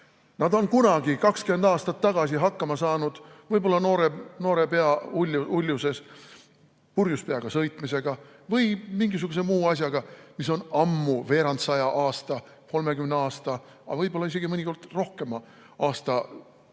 Nad on kunagi, 20 aastat tagasi hakkama saanud võib-olla noore pea uljuses purjus peaga sõitmisega või mingisuguse muu asjaga, mis on veerandsaja aasta, 30 aasta, aga võib-olla isegi mõnikord rohkema aasta taha